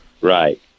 Right